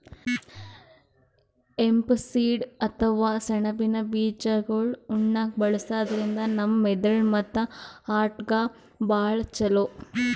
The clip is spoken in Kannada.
ಹೆಂಪ್ ಸೀಡ್ ಅಥವಾ ಸೆಣಬಿನ್ ಬೀಜಾಗೋಳ್ ಉಣ್ಣಾಕ್ಕ್ ಬಳಸದ್ರಿನ್ದ ನಮ್ ಮೆದಳ್ ಮತ್ತ್ ಹಾರ್ಟ್ಗಾ ಭಾಳ್ ಛಲೋ